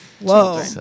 whoa